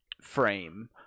frame